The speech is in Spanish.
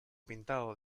pintado